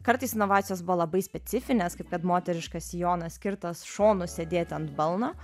kartais inovacijos buvo labai specifinės kaip kad moteriškas sijonas skirtas šonu sėdėti ant balno